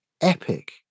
epic